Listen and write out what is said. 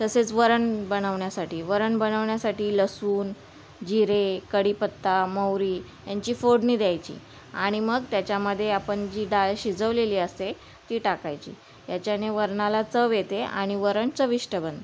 तसेच वरण बनवण्यासाठी वरण बनवण्यासाठी लसूण जिरे कडीपत्ता मोहरी यांची फोडणी द्यायची आणि मग त्याच्यामध्ये आपण जी डाळ शिजवलेली असते ती टाकायची याच्याने वरणाला चव येते आणि वरण चविष्ट बनते